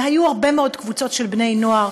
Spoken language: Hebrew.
והיו הרבה מאוד קבוצות של בני-נוער,